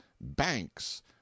banks